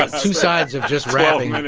ah two sides of just rapping.